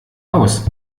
aus